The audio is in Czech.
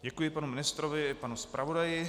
Děkuji panu ministrovi i panu zpravodaji.